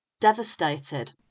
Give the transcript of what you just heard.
devastated